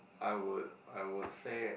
I would I would say it